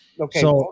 Okay